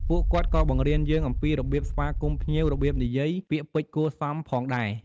ពួកគាត់ក៏បង្រៀនយើង អំពីរបៀបស្វាគមន៍ភ្ញៀវ របៀបនិយាយ ពាក្យពេចន៍គួរសមផងដែរ។